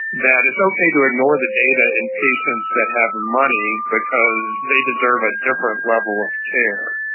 that it's okay to ignore the data in patients that have money because they deserve a different level of care.